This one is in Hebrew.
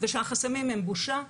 ושהחסמים הם בושה,